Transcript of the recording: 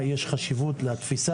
החוק שלי מדבר על לידה עד שלוש.